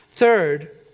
Third